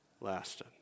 lasted